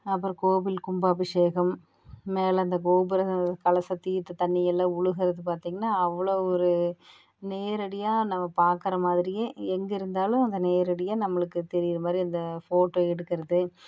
அப்புறம் கோவில் கும்பாபிஷேகம் மேலே இந்த கோபுரங்கள் கலச தீர்த்த தண்ணி எல்லா விழுகறத பார்த்தீங்கன்னா அவ்வளோ ஒரு நேரடியாக நம்ம பார்க்கற மாதிரியே எங்கே இருந்தாலும் அதை நேரடியாக நம்மளுக்கு தெரிகிற மாதிரி அந்த ஃபோட்டோ எடுக்கிறது